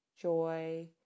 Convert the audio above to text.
joy